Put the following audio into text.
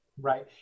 right